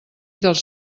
dels